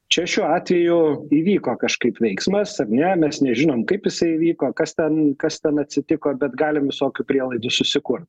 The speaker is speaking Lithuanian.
čia šiuo atveju įvyko kažkaip veiksmas ar ne mes nežinom kaip jisai įvyko kas ten kas ten atsitiko bet galim visokių prielaidų susikurt